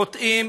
חוטאים,